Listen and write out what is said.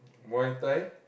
Muay-Thai